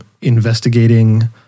investigating